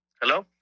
Hello